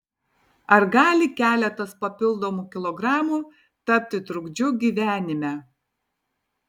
ar gali keletas papildomų kilogramų tapti trukdžiu gyvenime